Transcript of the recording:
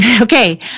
Okay